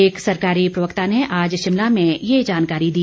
एक सरकारी प्रवक्ता ने आज शिमला में ये जानकारी दी